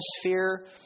atmosphere